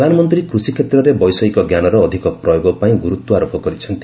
ପ୍ରଧାନମନ୍ତ୍ରୀ କୃଷିକ୍ଷେତ୍ରରେ ବୈଷୟିକ ଜ୍ଞାନର ଅଧିକ ପ୍ରୟୋଗପାଇଁ ଗୁରୁତ୍ୱ ଆରୋପ କରିଛନ୍ତି